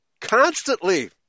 constantly